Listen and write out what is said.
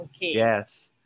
Yes